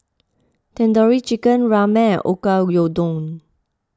Tandoori Chicken Ramen and Oyakodon